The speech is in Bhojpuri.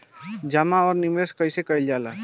जमा और निवेश कइसे कइल जाला?